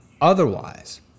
Otherwise